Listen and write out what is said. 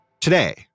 Today